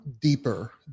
deeper